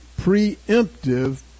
preemptive